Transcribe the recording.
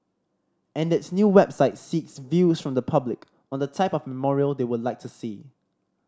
and its new website seeks view from the public on the type of memorial they would like to see